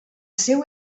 seu